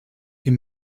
est